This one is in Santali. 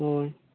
ᱦᱳᱭ